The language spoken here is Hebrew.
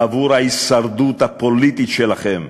בעבור ההישרדות הפוליטית שלכם.